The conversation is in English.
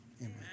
Amen